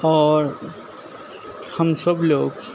اور ہم سب لوگ